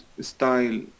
style